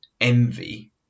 envy